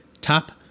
tap